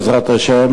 בעזרת השם,